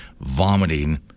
vomiting